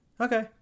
okay